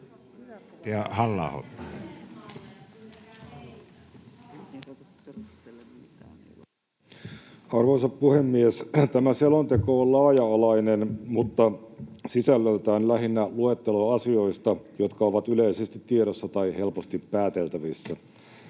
Arvoisa puhemies! Tämä selonteko on laaja-alainen mutta sisällöltään lähinnä luettelo asioista, jotka ovat yleisesti tiedossa tai helposti pääteltävissä.